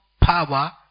power